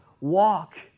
walk